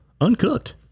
uncooked